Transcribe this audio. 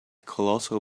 colossal